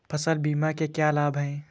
फसल बीमा के क्या लाभ हैं?